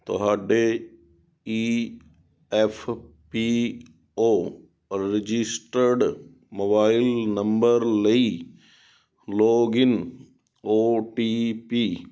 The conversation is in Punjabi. ਤੁਹਾਡੇ E F P O registered mobile number ਲਈ ਲੌਗਇਨ ਓ ਟੀ ਪੀ